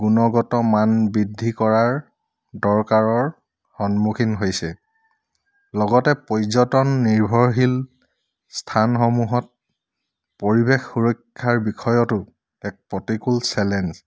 গুণগত মান বৃদ্ধি কৰাৰ দৰকাৰৰ সন্মুখীন হৈছে লগতে পৰ্যটন নিৰ্ভৰশীল স্থানসমূহত পৰিৱেশ সুৰক্ষাৰ বিষয়তো এক প্ৰতিকূল চেলেঞ্জ